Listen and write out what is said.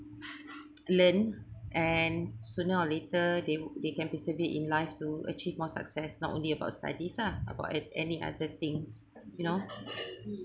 learn and sooner or later they they can persevere in life to achieve more success not only about study uh about a~ any other things you know